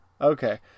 Okay